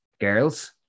girls